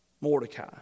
Mordecai